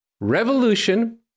Revolution